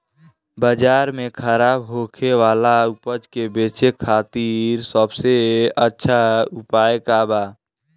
बाजार में खराब होखे वाला उपज के बेचे खातिर सबसे अच्छा उपाय का बा?